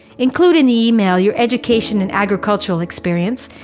include and email your educational and agricultural experience,